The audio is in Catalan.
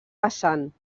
vessant